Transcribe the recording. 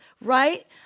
right